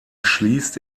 schließt